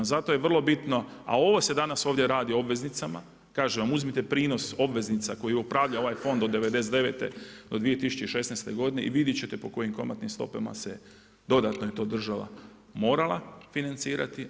Zato je vrlo bitno, a ovo se danas ovdje radi o obveznicama, kaže vam uzmite prinos obveznica koji upravlja ovaj fond od '99.-2016. g. i vidjeti ćete po kojim kamatnim stupama se dodatno je to država morala financirati.